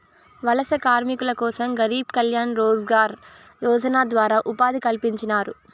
వలస కార్మికుల కోసం గరీబ్ కళ్యాణ్ రోజ్గార్ యోజన ద్వారా ఉపాధి కల్పించినారు